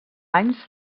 anys